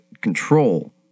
control